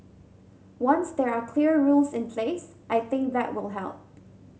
once there are clear rules in place I think that will help